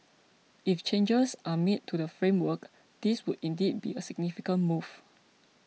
if changes are made to the framework this would indeed be a significant move